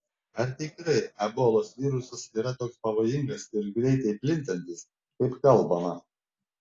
ar tikrai ebolos virusas yra toks pavojingas ir greitai plintantis kaip kalbama